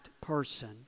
person